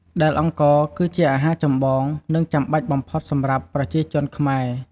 ដែលអង្ករ គឺជាអាហារចម្បង និងចាំបាច់បំផុតសម្រាប់ប្រជាជនខ្មែរ។